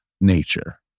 nature